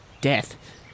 death